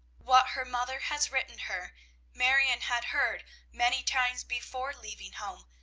what her mother has written her marion had heard many times before leaving home,